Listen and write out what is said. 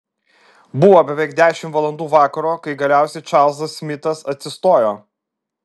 buvo beveik dešimt valandų vakaro kai galiausiai čarlzas smitas atsistojo